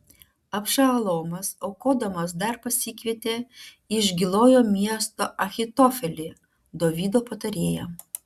abšalomas aukodamas dar pasikvietė iš gilojo miesto ahitofelį dovydo patarėją